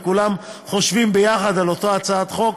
וכולם חושבים ביחד על אותה הצעת חוק,